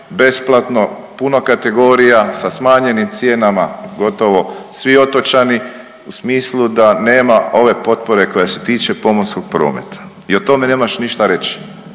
besplatno, puno kategorija sa smanjenim cijenama gotovo svi otočani u smislu da nema ove potpore koja se tiče pomorskog prometa i o tome nemaš ništa reći